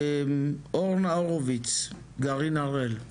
אורנה הורביץ, גרעין הראל.